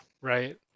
right